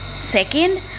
Second